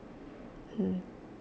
mm